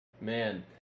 man